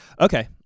Okay